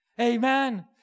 amen